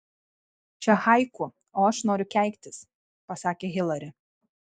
čia haiku o aš noriu keiktis pasakė hilari